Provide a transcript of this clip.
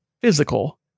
physical